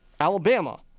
Alabama